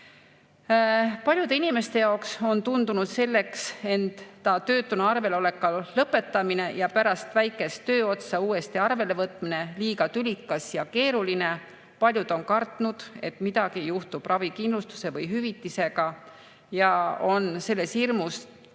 Paljude inimeste jaoks on tundunud selleks enda töötuna arveloleku lõpetamine ja pärast väikest tööotsa uuesti arvelevõtmine liiga tülikas ja keeruline. Paljud on kartnud, et midagi juhtub ravikindlustuse või ‑hüvitisega, ja on selles hirmus